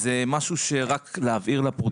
רק להבהיר לפרוטוקול.